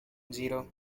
zero